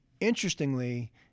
Interestingly